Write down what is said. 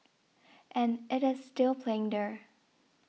and it is still playing there